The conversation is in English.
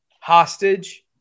hostage